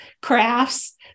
crafts